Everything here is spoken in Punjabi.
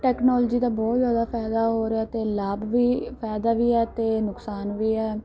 ਟੈਕਨੋਲੋਜੀ ਦਾ ਬਹੁਤ ਜ਼ਿਆਦਾ ਫਾਇਦਾ ਹੋ ਰਿਹਾ ਅਤੇ ਲਾਭ ਵੀ ਫਾਇਦਾ ਵੀ ਹੈ ਅਤੇ ਨੁਕਸਾਨ ਵੀ ਹੈ